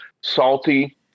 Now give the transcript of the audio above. Salty